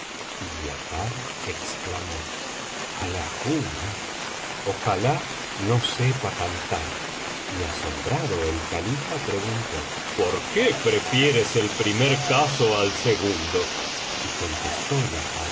giafar exclamó alahumraa ojalá no sepa cantar y asombrado el califa preguntó por qué prefieres el primer caso al segundo y contestó